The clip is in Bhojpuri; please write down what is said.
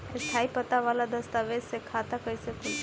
स्थायी पता वाला दस्तावेज़ से खाता कैसे खुली?